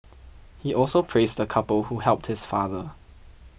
he also praised the couple who helped his father